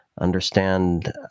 understand